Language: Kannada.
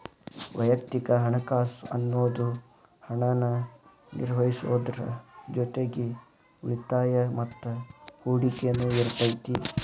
ವಯಕ್ತಿಕ ಹಣಕಾಸ್ ಅನ್ನುದು ಹಣನ ನಿರ್ವಹಿಸೋದ್ರ್ ಜೊತಿಗಿ ಉಳಿತಾಯ ಮತ್ತ ಹೂಡಕಿನು ಇರತೈತಿ